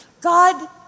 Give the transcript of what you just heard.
God